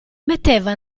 metteva